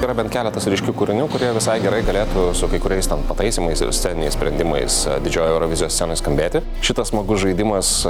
yra bent keletas ryškių kūrinių kurie visai gerai galėtų su kai kuriais pataisymais ir sceniniais sprendimais didžiojoj eurovizijos scenoj skambėti šitas smagus žaidimas